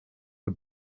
the